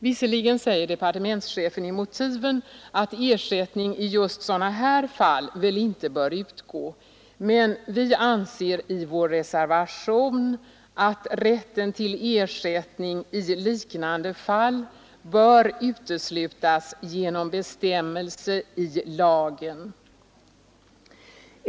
Visserligen säger departementschefen i motiven att ersättning i just sådana fall väl inte bör utgå, men vi anser i vår reservation att rätten till ersättning i liknande fall bör uteslutas genom bestämmelse i själva lagen.